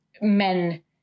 men